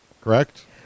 Correct